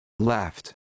left